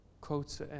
quotes